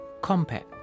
compact